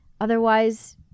Otherwise